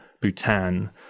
Bhutan